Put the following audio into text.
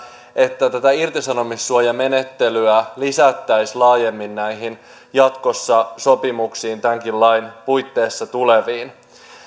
että tätä irtisanomissuojamenettelyä lisättäisiin jatkossa laajemmin näihin sopimuksiin tämänkin lain puitteissa tuleviin